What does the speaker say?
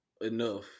enough